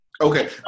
Okay